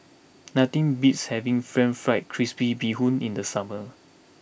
nothing beats having Pan Fried Crispy Bee Hoon in the summer